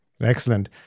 Excellent